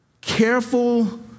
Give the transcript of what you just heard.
careful